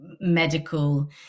Medical